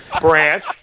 Branch